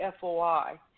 FOI